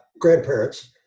grandparents